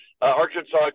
Arkansas